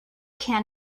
can